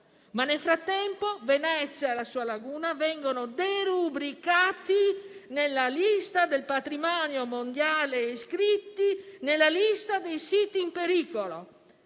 ma nel frattempo Venezia e la sua laguna vengono derubricati nella lista del Patrimonio mondiale e iscritti nella lista dei siti in pericolo.